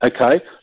Okay